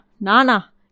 Nana